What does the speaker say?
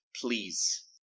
please